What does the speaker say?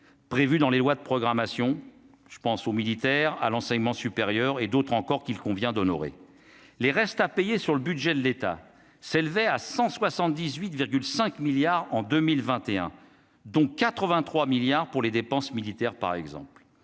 Prévu dans les lois de programmation, je pense aux militaires à l'enseignement supérieur et d'autres encore, qu'il convient d'honorer les restes à payer sur le budget de l'État s'élevait à 178 5 milliards en 2021 dont 83 milliards pour les dépenses militaires, par exemple,